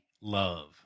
love